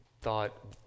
thought